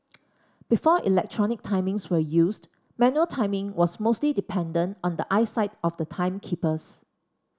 before electronic timings were used manual timing was mostly dependent on the eyesight of the timekeepers